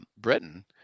Britain